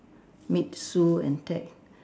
meet Sue and Ted